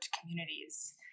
communities